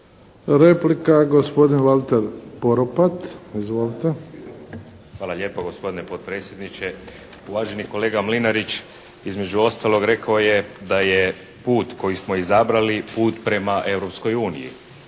Replika, gospodin Valter Poropat. Izvolite. **Poropat, Valter (IDS)** Hvala lijepa gospodine potpredsjedniče. Uvaženi kolega Mlinarić između ostalog rekao je da je put koji smo izabrali put prema Europskoj uniji.